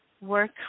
work